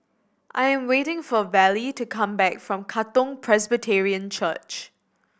I'm waiting for Vallie to come back from Katong Presbyterian Church